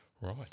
Right